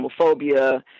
homophobia